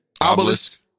Obelisk